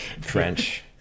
French